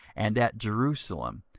and at jerusalem,